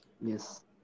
yes